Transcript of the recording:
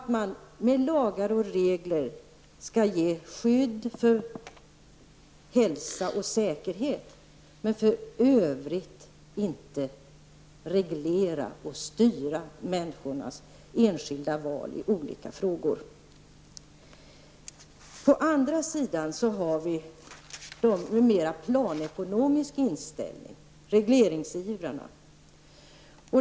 I lagar och regler skall man ge skydd för hälsa och säkerhet men för övrigt inte reglera och styra människornas enskilda val i olika frågor. Sedan har vi dem med mera planekonomisk inställning, regleringsivrarna.